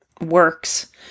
works